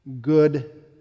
Good